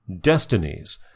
Destinies